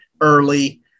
early